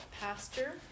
pastor